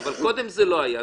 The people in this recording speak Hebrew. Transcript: אבל קודם זה לא היה,